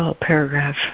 paragraph